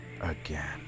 again